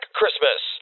Christmas